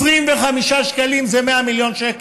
25 שקלים זה 100 מיליון שקל.